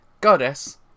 Goddess